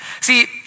See